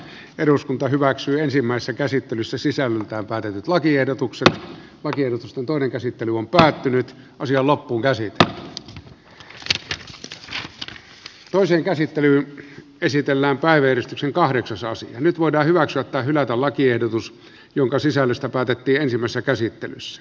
eduskunta hyväksyi ensimmäisen käsittelyssä sisällöltään päätetyt lakiehdotukset varjelusta toinen käsittely on päättynyt ja asia loppuunkäsitetä sen toiseen käsittelyyn esitellään päivystyksen kahdeksasosa nyt voidaan hyväksyä tai hylätä lakiehdotus jonka sisällöstä päätettiin ensimmäisessä käsittelyssä